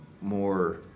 more